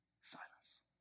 Silence